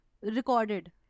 Recorded